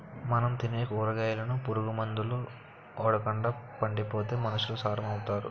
మనం తినే కూరగాయలను పురుగు మందులు ఓడకండా పండిత్తే మనుసులు సారం అవుతారు